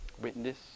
witness